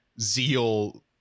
zeal